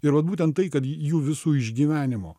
ir vat būtent tai kad jų visų išgyvenimo